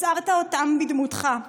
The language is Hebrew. יצרת אותם בדמותך.